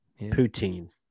Poutine